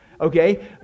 Okay